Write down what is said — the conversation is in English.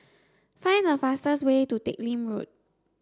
find the fastest way to Teck Lim Road